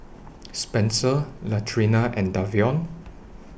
Spenser Latrina and Davion